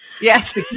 Yes